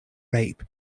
rape